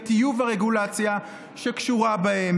בטיוב הרגולציה שקשורה בהם,